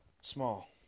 small